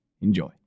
enjoy